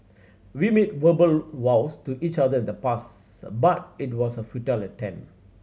we made verbal vows to each other in the past but it was a futile attempt